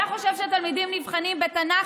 אתה חושב שהתלמידים נבחנים בתנ"ך,